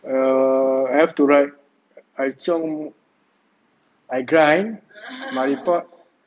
err I have to write I chiong I grind my report